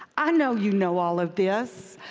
i know you know all of this.